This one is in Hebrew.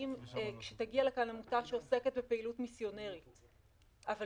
כשתגיע לכאן עמותה שעוסקת בפעילות מסיונרית אבל